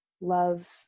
love